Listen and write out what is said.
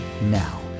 now